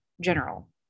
general